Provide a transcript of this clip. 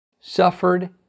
suffered